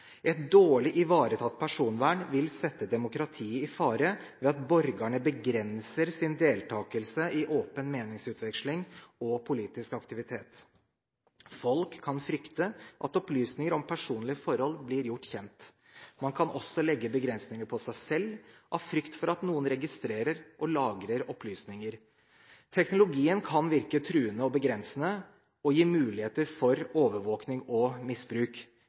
Et dårlig ivaretatt personvern vil sette demokratiet i fare ved at borgerne begrenser sin deltakelse i åpen meningsutveksling og politisk aktivitet. Folk kan frykte at opplysninger om personlige forhold blir gjort kjent. Man kan også legge begrensninger på seg selv av frykt for at noen registrerer og lagrer opplysninger. Teknologien kan virke truende og begrensende og gi muligheter for overvåkning og misbruk.